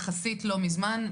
יחסית לא מזמן,